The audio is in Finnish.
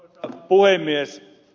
arvoisa puhemies